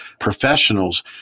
professionals